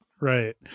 Right